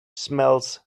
smells